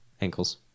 Ankles